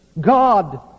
God